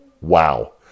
wow